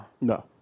No